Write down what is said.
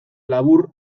labur